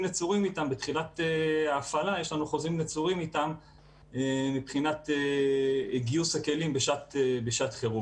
ומבחינת ההפעלה יש לנו חוזים נצורים איתם לגיוס הכלים בשעת חירום.